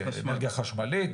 אנרגיה חשמלית,